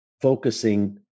focusing